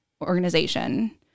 organization